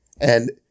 And-